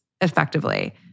effectively